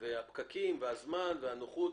הפקקים, הזמן, הנוחות.